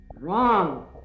Wrong